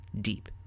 deep